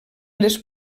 les